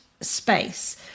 space